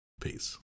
Peace